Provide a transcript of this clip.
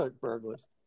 burglars